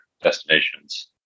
destinations